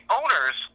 owners